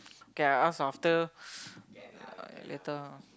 K I ask after uh later ah